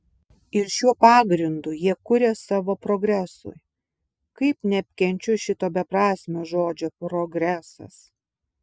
ir šiuo pagrindu jie kuria savo progresui kaip neapkenčiu šito beprasmio žodžio progresas